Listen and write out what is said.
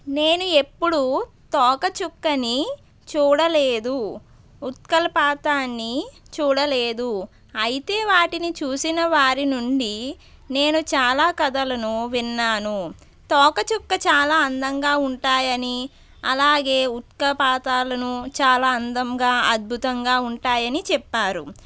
నేను ఎప్పుడూ తోకచుక్కని చూడలేదు ఉత్కలపాతాన్ని చూడలేదు అయితే వాటిని చూసిన వారి నుండి నేను చాలా కథలను విన్నాను తోకచుక్క చాలా అందంగా ఉంటాయని అలాగే ఉత్కలపాతాలను చాలా అందంగా అద్భుతంగా ఉంటాయని చెప్పారు